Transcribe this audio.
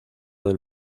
del